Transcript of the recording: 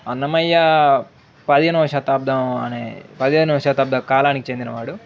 అన్నమయ్య పదిహేనవ శతాబ్దం అనే పదిహేనోవ శతాబ్దం కాలానికి చెందినవాడు